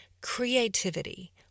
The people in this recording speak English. creativity